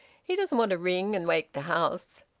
he doesn't want to ring and wake the house.